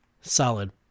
solid